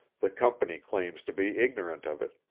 the company claims to be ignorant of it,